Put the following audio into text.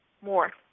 more